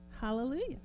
Hallelujah